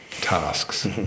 tasks